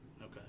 Okay